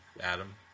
Adam